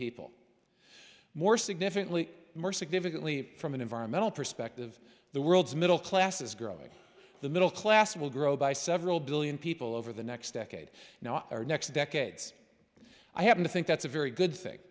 people more significantly more significantly from an environmental perspective the world's middle class is growing the middle class will grow by several billion people over the next decade now or next decades i happen to think that's a very good thing